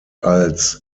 als